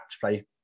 play